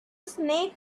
snake